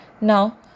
now